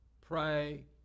pray